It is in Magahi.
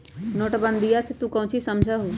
नोटबंदीया से तू काउची समझा हुँ?